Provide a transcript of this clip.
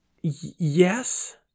Yes